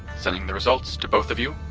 sending the results to both of you,